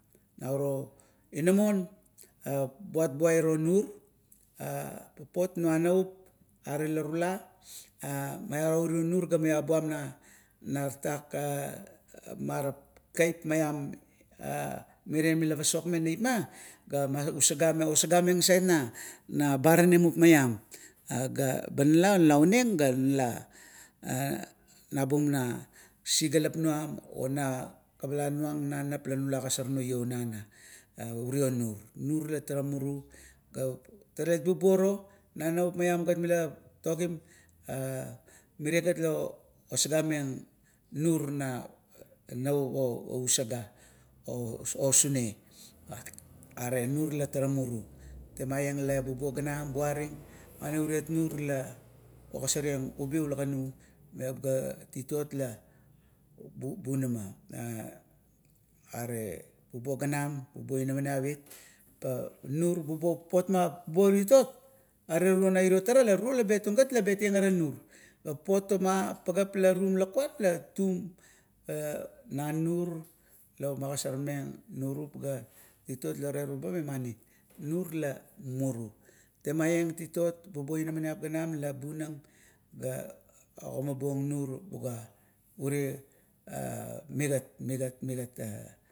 Nauro inamon, buat buaro nur are papot manaup are la tula a mairo urio nur ga malapu na tatak marap keap maiam merie la pasokmeng neipma gat osagameng nasait na baranim mupmaiam. Are la ba nala oneng ga nala ounang ga nabung na sisigalap nuam ona kavap nuam la nula agosarnung iouna ana, are uro nur. Are nur la tara muru ga talet bubuoro nanavup maiam gat mila tatogiam mire gat la osagameng nur na nap osusaga, osune. Are nur la tara muru, temaieng la bubuo ganam la buaring nur la ogasareng ubi ula ganur, meba titot la bunama. Are bubuo ganam bubuo inamaniap it, pa nur bubuo papot ma inamaniap nairo tara titot, la betung gat la beteng ara nur, papot ma pageap la tuam lakuan la tu na nurla magasormeng nurup ga titot la teruba memani? Nur la muru. Temaieng titot bubuo inamaniap ganam la bunang ga ogimabuong nur buga ure a migat, migat, migat